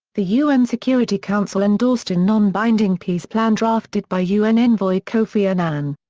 the un security council endorsed a non-binding peace plan drafted by un envoy kofi annan.